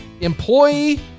Employee